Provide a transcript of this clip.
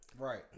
Right